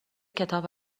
کتاب